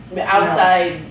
Outside